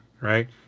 right